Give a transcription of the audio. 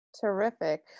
Terrific